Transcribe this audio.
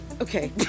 Okay